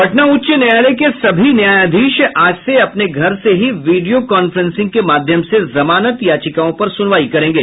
पटना उच्च न्यायालय के सभी न्यायाधीश आज से अपने घर से ही वीडियो कांफ्रेंसिंग के माध्यम से जमानत याचिकाओं पर सुनवाई करेंगे